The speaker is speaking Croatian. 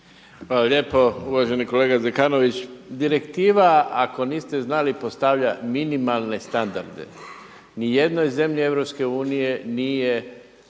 lijepo. Uvaženi kolega Zekanović, direktiva ako niste znali postavlja minimalne standarde. Ni jednoj zemlji EU nije,